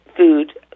food